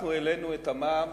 אנחנו העלינו את המע"מ